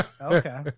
Okay